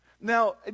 Now